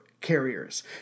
carriers